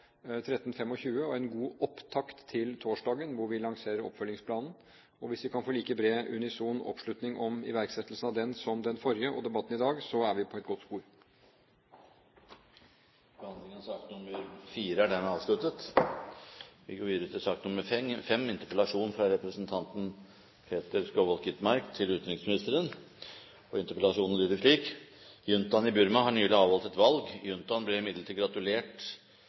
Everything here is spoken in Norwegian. og en god opptakt til torsdag, når vi lanserer oppfølgingsplanen. Og hvis vi kan få like bred og unison oppslutning om iverksettelsen av den som den forrige og debatten i dag, er vi på et godt spor. Behandlingen av sak nr. 4 er dermed avsluttet. La oss ta et raskt historisk tilbakeblikk, til